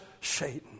Satan